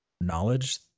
knowledge